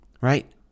right